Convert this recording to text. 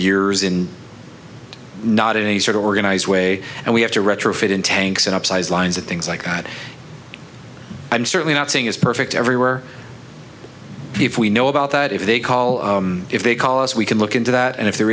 years in not in any sort of organized way and we have to retrofit in tanks and upsize lines and things like that i'm certainly not saying it's perfect everywhere if we know about that if they call if they call us we can look into that and if there